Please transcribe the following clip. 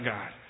God